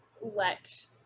let